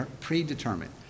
predetermined